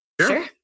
Sure